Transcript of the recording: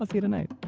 ah you tonight.